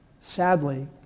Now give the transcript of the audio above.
sadly